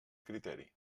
criteri